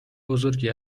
بزرگی